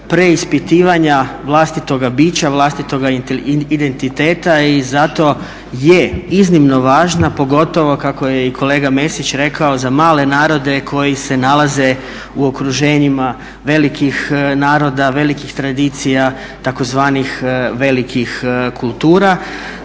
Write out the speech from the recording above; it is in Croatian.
preispitivanja vlastitoga bića, vlastitoga identiteta i zato je iznimno važna pogotovo kako je i kolega Mesić rekao za male narode koji se nalaze u okruženjima velikih naroda, velikih tradicija tzv. velikih kultura.